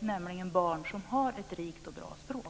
nämligen barn som har ett rikt och bra språk.